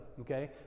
okay